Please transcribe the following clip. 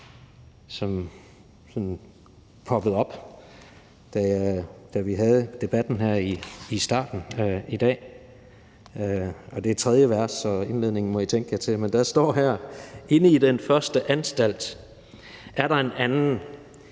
som poppede op i starten af debatten i dag. Det er tredje vers, og indledningen må I tænke jer til, men der står her: »Inde i den første anstalt er der en anden,